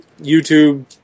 YouTube